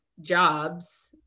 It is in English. jobs